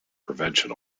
prevention